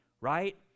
right